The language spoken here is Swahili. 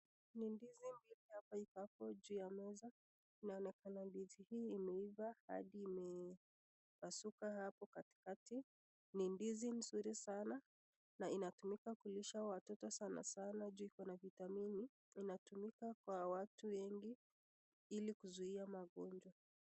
Ni ndizi bili iko hapo juu ya meza, inaonekana ndizi hii imeiva hadi imepasuka hapo katikati, ni ndizi nzuri sana na inatumika kulisha watoto sanasana juu iko na vitamini, inatumika kwa watu wengi ili kuzuia magonjwa.